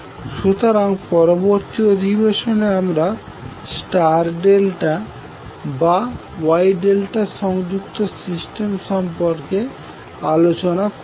সুতরাং পরবর্তী অধিবেশনে আমরা স্টার ডেল্টা বা Y ডেল্টা সংযুক্ত সিস্টেম সম্পর্কে আলোচনা করবো